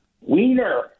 Wiener